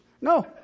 No